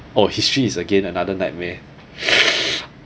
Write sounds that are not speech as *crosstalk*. oh history is again another nightmare *noise*